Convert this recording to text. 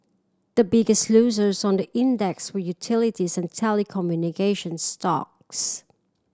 the biggest losers on the index were utilities and telecommunication stocks